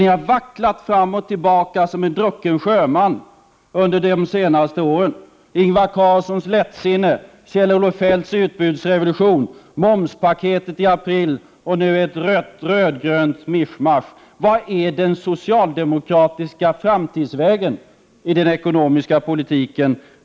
Ni har vacklat fram och tillbaka som druckna sjömän under de senaste åren. Ingvar Carlssons lättsinne, Kjell-Olof Feldts utbudsrevolution, momspaketet i april och nu ett rödgrönt mischmasch. Vilken är den socialdemokratiska framtidsvägen i den ekonomiska politiken?